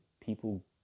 people